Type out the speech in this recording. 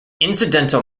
incidental